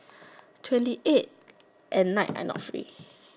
twenty eight at night I not free